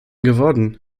geworden